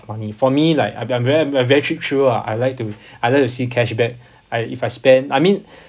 money for me like I'm I'm a ve~ I'm a very cheap thrill ah I like to I like to see cashback I if I spend I mean